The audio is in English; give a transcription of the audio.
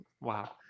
Wow